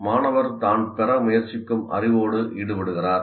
மாணவர் தான் பெற முயற்சிக்கும் அறிவோடு ஈடுபடுகிறார்